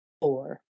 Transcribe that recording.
Four